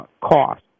cost